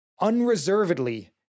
unreservedly